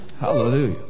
Hallelujah